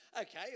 okay